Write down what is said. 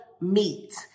meet